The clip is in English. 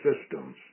systems